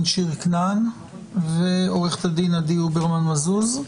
שיר כנען ועורכת הדין עדי הוברמן מזוז.